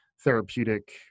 therapeutic